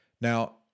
Now